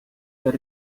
per